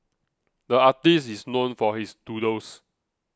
the artist is known for his doodles